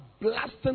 blasting